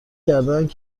کردهاند